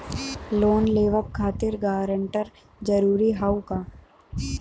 Loan लेवब खातिर guarantor जरूरी हाउ का?